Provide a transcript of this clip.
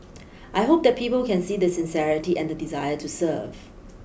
I hope that people can see the sincerity and the desire to serve